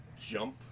jump